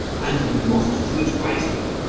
and we must do it wisely.